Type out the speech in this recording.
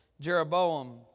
Jeroboam